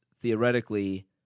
theoretically